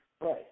Right